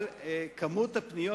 אבל כמות הפניות,